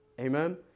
Amen